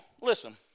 listen